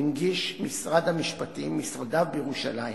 הנגיש משרד המשפטים את משרדיו בירושלים